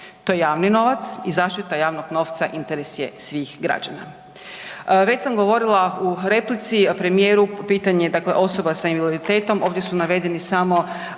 To je javni novac i zaštita javnog novca interes je svih građana. Već sam govorila u replici premijeru pitanje osoba s invaliditetom, ovdje su navedeni samo